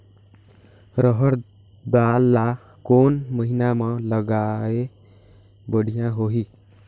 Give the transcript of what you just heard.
रहर दाल ला कोन महीना म लगाले बढ़िया होही?